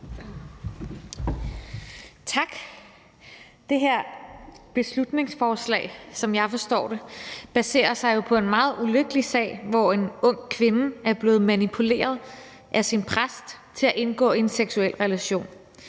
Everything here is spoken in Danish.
Tak. Det her beslutningsforslag baserer sig, som jeg forstår det, på en meget ulykkelig sag, hvor en ung kvinde er blevet manipuleret af sin præst til at indgå i en seksuel relation.